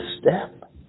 step